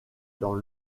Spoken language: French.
dans